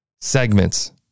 Segments